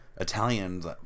Italians